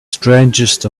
strangest